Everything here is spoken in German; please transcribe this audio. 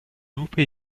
lupe